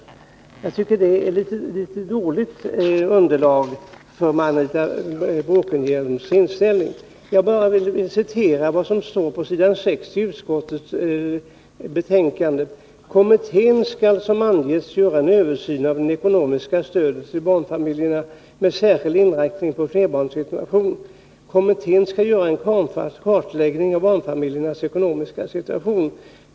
Det är ett litet dåligt underlag för Anita Bråkenhielms ställningstagande. Jag vill citera vad som står på s. 6 i socialutskottets betänkande: ”Kommittén skall, som ovan angetts, göra en översyn av det ekonomiska stödet till barnfamiljerna med särskild inriktning på flerbarnsfamiljernas situation. Kommittén skall göra en kartläggning av barnfamiljernas ekonomiska situation.